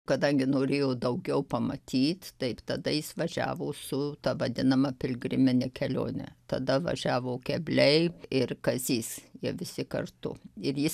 kadangi norėjo daugiau pamatyt taip tada jis važiavo su ta vadinama pilgrimine kelione tada važiavo kebliai ir kazys jie visi kartu ir jis